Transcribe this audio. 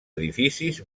edificis